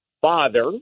father